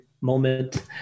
moment